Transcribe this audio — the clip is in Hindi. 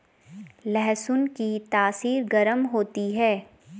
लहसुन की तासीर गर्म होती है